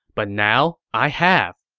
but now, i have!